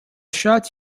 shots